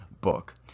book